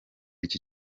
iki